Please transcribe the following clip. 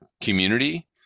community